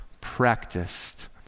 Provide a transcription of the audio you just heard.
practiced